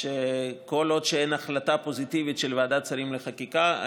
שכל עוד אין החלטה פוזיטיבית של ועדת שרים לחקיקה,